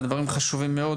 אלה דברים חשובים מאוד.